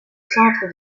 centre